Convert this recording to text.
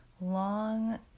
long